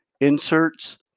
inserts